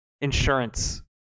insurance